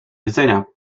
widzenia